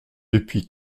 depuis